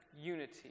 unity